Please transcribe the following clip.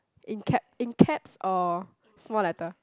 in cap in caps or small letter